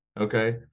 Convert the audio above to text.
Okay